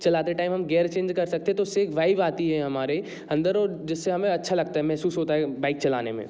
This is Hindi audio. चलाते टाइम हम गेअर चेंज कर सकते हैं तो उसे वाइब आती है हमारे अंदर और जिससे हमें अच्छा लगता है महसूस होता है बाइक चलाने में